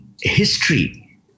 history